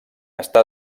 està